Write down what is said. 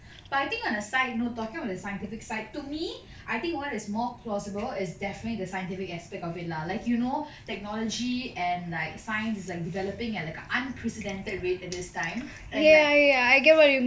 but I think on a side note talking about scientific side to me I think what is more plausible is definitely the scientific aspect of it lah like you know technology and like science is like developing at like a unprecedented rate at this time and like